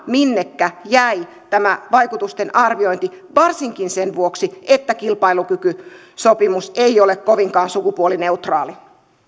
minnekä jäi tämä vaikutusten arviointi varsinkin sen vuoksi että kilpailukykysopimus ei ole kovinkaan sukupuolineutraali arvoisa puhemies